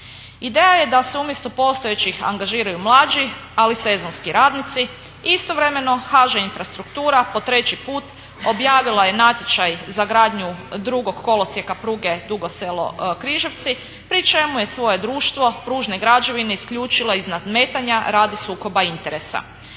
Ideja je da se umjesto postojećih angažiraju mlađi ali sezonski radnici i istovremeno HŽ Infrastruktura po treći put objavila je natječaj za gradnju drugog kolosijeka pruge Dugo Selo-Križevci pri čemu je svoje društvo Pružne građevine isključila iz nadmetanja radi sukoba interesa.